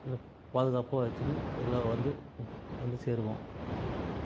அதை பாதுகாப்பாக வச்சிருந்து எல்லாம் வந்து வந்து சேருவோம்